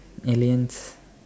aliens